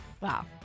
Wow